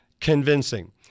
convincing